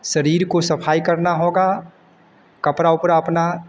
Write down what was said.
शरीर को सफाई करना होगा कपड़े वपड़े अपने